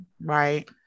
right